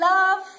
Love